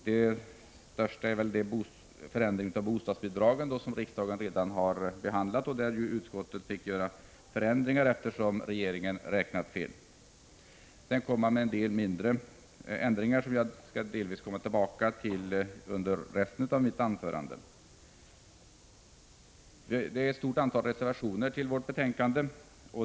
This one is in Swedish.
Det största är den förändring av bostadsbidragen som riksdagen redan behandlat och där utskottet fick korrigera eftersom regeringen räknat fel. Sedan har man en del mindre förändringar som jag delvis skall komma tillbaka till under resten av mitt anförande. Det finns ett stort antal reservationer till vårt betänkande.